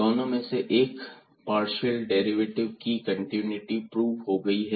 दोनों में से एक पार्शियल डेरिवेटिव की कंटीन्यूटी प्रूव हो गई है